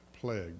plague